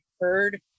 heard